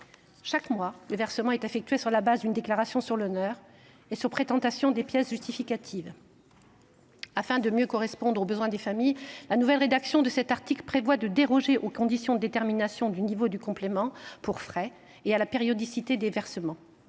Chaque mois, le versement est effectué sur la base d’une déclaration sur l’honneur et sur présentation des pièces justificatives. Afin de correspondre au mieux aux besoins des familles, la nouvelle rédaction de cet article prévoit de déroger aux conditions de détermination du niveau du complément pour frais et à la périodicité des versements.